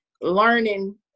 learning